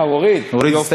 הוריד?